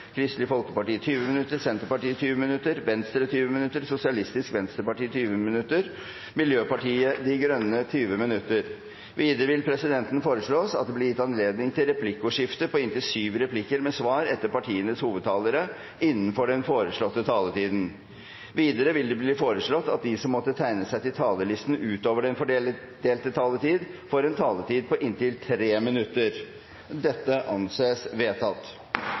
Kristelig Folkeparti 20 minutter, Senterpartiet 20 minutter, Venstre 20 minutter, Sosialistisk Venstreparti 20 minutter og Miljøpartiet De Grønne 20 minutter. Videre vil presidenten foreslå at det blir gitt anledning til replikkordskifte på inntil syv replikker med svar etter partienes hovedtalere innenfor den fordelte taletiden. Videre blir det foreslått at de som måtte tegne seg på talerlisten utover den fordelte taletid, får en taletid på inntil 3 minutter. – Dette anses vedtatt.